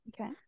Okay